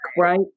right